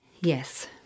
Yes